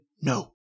no